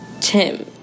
Tim